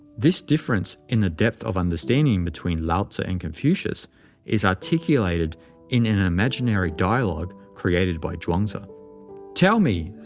this difference in the depth of understanding between laotzu and confucius is articulated in an imaginary dialogue created by chuang-tzu tell me,